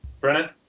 Brennan